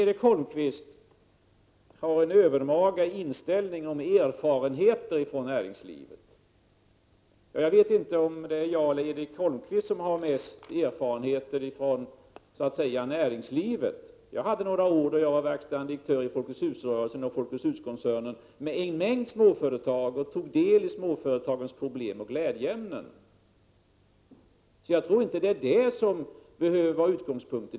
Erik Holmkvist har en övermaga inställning när det gäller erfarenheter från näringslivet. Jag vet inte om det är jag eller Erik Holmkvist som har mest erfarenhet från näringslivet. Jag var under några år verkställande direktör i Folkets Hus-rörelsen och Folkets Hus-koncernen, med en mängd småföretag. Jag tog då del ismåföretagens problem och glädjeämnen. Jag tror inte att det är detta som behöver vara utgångspunkten.